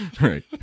Right